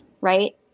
right